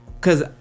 Cause